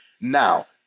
Now